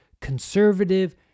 conservative